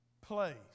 place